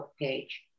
page